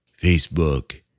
Facebook